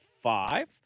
five